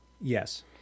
Yes